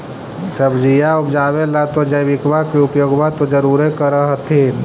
सब्जिया उपजाबे ला तो जैबिकबा के उपयोग्बा तो जरुरे कर होथिं?